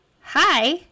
Hi